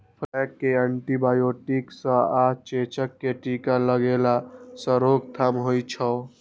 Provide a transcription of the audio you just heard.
plague कें antibiotic सं आ चेचक कें टीका लगेला सं रोकथाम होइ छै